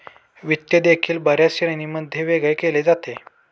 वित्त देखील बर्याच श्रेणींमध्ये वेगळे केले जाते